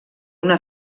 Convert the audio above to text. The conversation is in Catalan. una